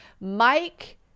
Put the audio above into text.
Mike